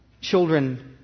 children